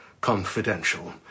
confidential